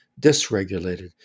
dysregulated